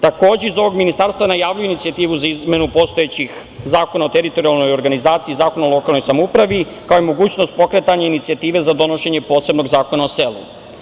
Takođe, iz ovog Ministarstva najavljuju inicijativu za izmenu postojećih Zakona o teritorijalnoj organizaciji, Zakona o lokalnoj samoupravi, kao i mogućnost pokretanja inicijative za donošenje posebnog Zakona o selu.